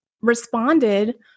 responded